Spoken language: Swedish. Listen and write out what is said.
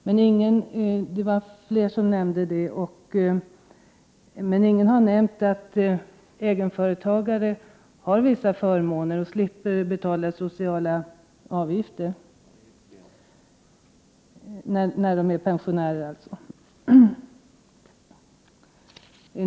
Men ingen har nämnt att egenföretagare faktiskt har vissa förmåner och slipper betala sociala avgifter när de blir pensionärer.